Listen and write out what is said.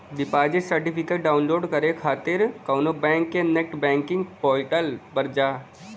deposit certificate download करे खातिर कउनो बैंक के नेट बैंकिंग पोर्टल पर जा